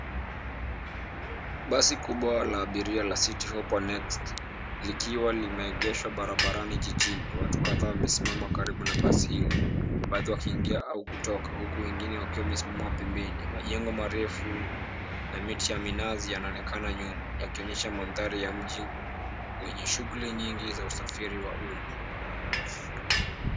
Basi kubwa la abiria la Citi Hoppa Next likiwa limeegeshwa barabarani jijini. Watu kadhaa wamesimama karibu na basi hilo, baadhi wakiingia au kutoka, huku wengine wakiwa wamesimama pembeni. Majengo marefu na miti ya minazi yanaonekana nyuma, yakionyesha mandhari ya mji wenye shughuli nyingi za usafiri wa umma.